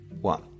one